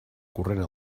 corrent